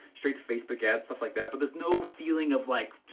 straight to facebook ads, stuff like that. but there's no feeling of like,